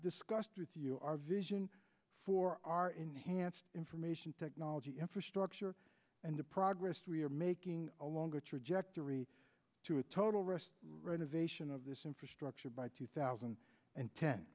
discussed with you our vision for our enhanced information technology infrastructure and the progress we are making a longer trajectory to a total rest renovation of this infrastructure by two thousand and ten